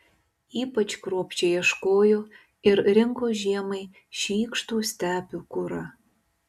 ypač kruopščiai ieškojo ir rinko žiemai šykštų stepių kurą